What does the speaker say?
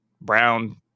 brown